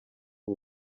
ubu